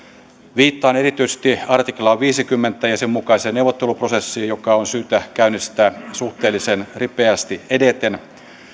viittaan erityisesti artiklaan viisikymmentä ja sen mukaiseen neuvotteluprosessiin joka on syytä käynnistää suhteellisen ripeästi edeten